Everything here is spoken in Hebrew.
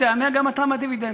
תיהנה גם אתה מהדיבידנד,